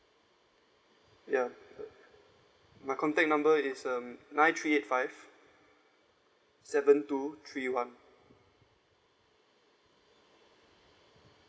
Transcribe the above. ya my contact number is um nine three eight five seven two three one